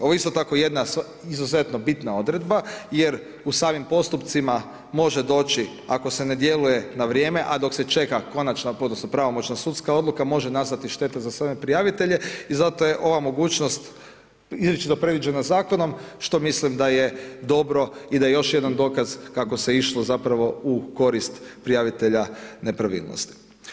Ovo je isto tako jedna izuzetno bitna odredba jer u samim postupcima može doći ako se ne djeluje na vrijeme a dok se čeka konačna, odnosno pravomoćna sudska odluka može nastati šteta za sve prijavitelje i zato je ova mogućnost izričito predviđena zakonom što mislim da je dobro i da je još jedan dokaz kako se išlo zapravo u korist prijavitelja nepravilnosti.